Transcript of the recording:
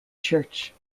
church